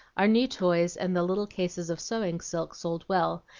our new toys and the little cases of sewing silk sold well,